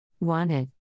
Wanted